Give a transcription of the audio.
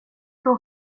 kan